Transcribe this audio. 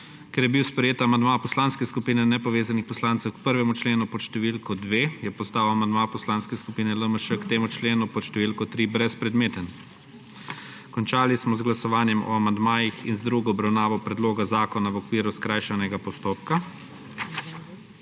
Ker je bil sprejet amandma Poslanske skupine nepovezanih poslancev k 1. členu pod številko 2, je postal amandma Poslanske skupine LMŠ k temu členu pod številko 3 brezpredmeten. Končali smo z glasovanjem o amandmajih in z drugo obravnavo predloga zakona v okviru skrajšanega postopka.